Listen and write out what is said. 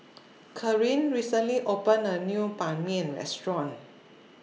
Caryn recently opened A New Ban Mian Restaurant